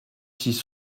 six